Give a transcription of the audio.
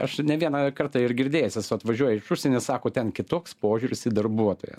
aš ne vieną kartą ir girdėjęs esu atvažiuoja iš užsienio sako ten kitoks požiūris į darbuotoją